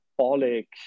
symbolic